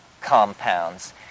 compounds